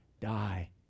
die